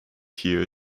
here